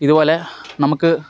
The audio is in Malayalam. ഇതുപോലെ നമുക്ക്